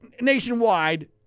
nationwide